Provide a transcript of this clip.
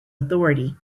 authority